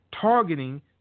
targeting